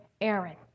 Aaron